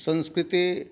संस्कृते